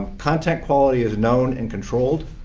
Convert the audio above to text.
content quality is known and controlled.